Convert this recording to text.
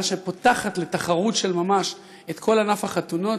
שפותחת לתחרות של ממש את כל ענף החתונות,